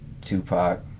Tupac